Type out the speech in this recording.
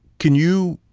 can you,